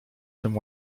tym